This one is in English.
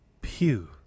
Pew